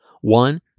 One